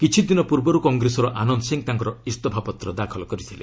କିଛି ଦିନ ପୂର୍ବରୁ କଂଗ୍ରେସର ଆନନ୍ଦ ସିଂହ ତାଙ୍କର ଇସ୍ତଫାପତ୍ର ଦାଖଲ କରିଥିଲେ